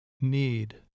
need